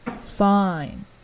fine